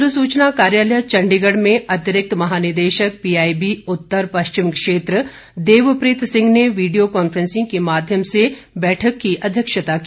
पत्र सूचना कार्यालय चण्डीगढ़ में अतिरिक्त महानिदेशक पीआईबी उत्तर पश्चिम क्षेत्र देव प्रीत सिंह ने वीडियो कॉन्फ्रेंसिंग के माध्यम से बैठक की अध्यक्षता की